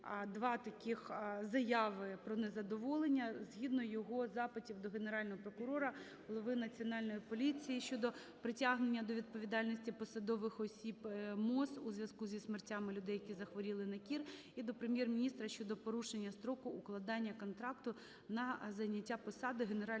дві таких заяви про незадоволення згідно його запитів до Генерального прокурора, голови Національної поліції щодо притягнення до відповідальності посадових осіб МОЗ у зв'язку зі смертями людей, які захворіли на кір, і до Прем'єр-міністра щодо порушення строку укладення контракту на зайняття посади генерального директора